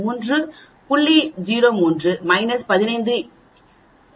03 15 2 x 2 செய்வேன்